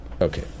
Okay